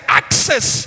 access